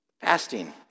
fasting